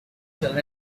tell